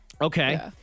Okay